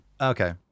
Okay